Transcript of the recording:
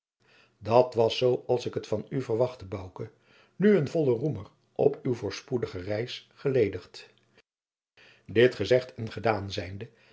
dat was zoo als ik het van u verwachtte bouke nu een vollen roemer op uw voorspoedige reis geledigd dit gezegd en gedaan zijnde